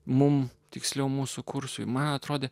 mums tiksliau mūsų kursui man atrodė